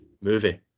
movie